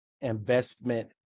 Investment